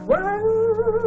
one